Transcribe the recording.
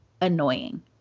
annoying